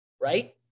right